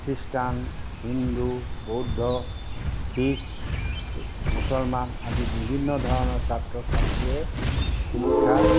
খ্ৰীষ্টান হিন্দু বৌদ্ধ শিখ মুছলমান আদি বিভিন্ন ধৰণৰ ছাত্ৰ ছাত্ৰীয়ে শিক্ষা